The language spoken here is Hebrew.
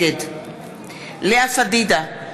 נגד לאה פדידה,